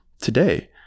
today